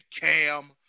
Cam